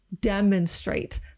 demonstrate